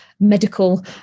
medical